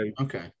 okay